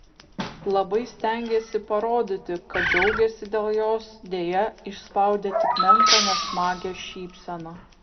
labai stengėsi parodyti kad džiaugiasi dėl jos deja išspaudė tik menką nesmagią šypseną